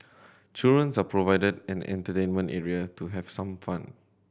children are provided an entertainment area to have some fun